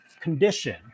condition